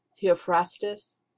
Theophrastus